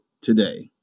today